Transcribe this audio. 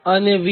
અને VS152